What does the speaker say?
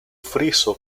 friso